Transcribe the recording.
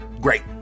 Great